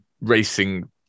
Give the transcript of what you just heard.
racing